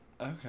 Okay